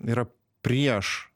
yra prieš